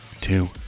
two